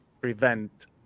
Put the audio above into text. prevent